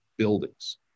buildings